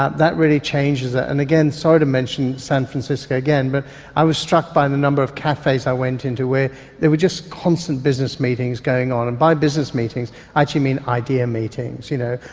ah that really changes it. and sorry to mention san francisco again, but i was struck by the number of cafes i went into where there were just constant business meetings going on, and by business meetings i actually mean idea meetings you know,